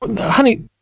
honey